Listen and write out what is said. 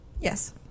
Yes